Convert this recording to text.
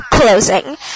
closing